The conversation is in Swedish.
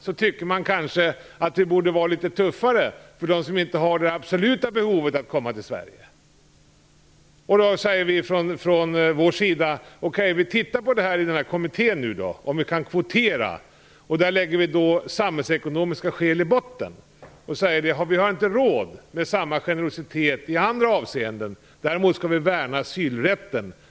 Men de säger också att vi kanske borde vara litet tuffare när det gäller dem som inte har ett absolut behov av att komma till Sverige. Då säger vi från vår sida: Okej, vi får se över i Kommittén om vi kan kvotera med samhällsekonomin som grund. Vi har inte råd med samma generositet i andra avseenden, men däremot skall vi värna asylrätten.